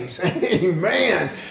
Amen